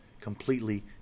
completely